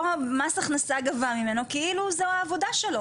פה מס הכנסה גבה ממנו כאילו זו העבודה שלו.